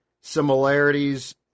similarities